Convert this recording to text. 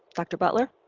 dr. butler.